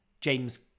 James